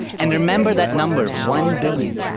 and remember that number one billion.